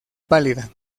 pálida